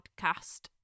podcast